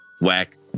Whack